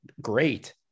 great